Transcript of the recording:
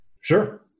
Sure